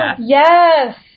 Yes